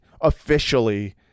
officially